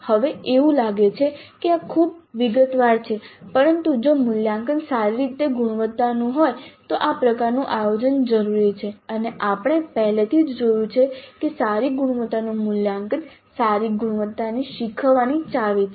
હવે એવું લાગે છે કે આ ખૂબ જ વિગતવાર છે પરંતુ જો મૂલ્યાંકન સારી ગુણવત્તાનું હોય તો આ પ્રકારનું આયોજન જરૂરી છે અને આપણે પહેલેથી જ જોયું છે કે સારી ગુણવત્તાનું મૂલ્યાંકન સારી ગુણવત્તાની શીખવાની ચાવી છે